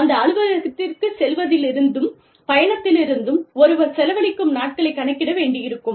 அந்த அலுவலகத்திற்குச் செல்வதிலிருந்தும் பயணத்திலிருந்தும் ஒருவர் செலவழிக்கும் நாட்களைக் கணக்கிட வேண்டியிருக்கும்